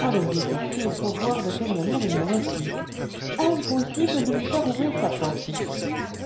ah le vieux sorcier il faut voir de quelle manière il me reçut impossible de lui faire ouvrir sa porte